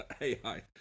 AI